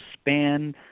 span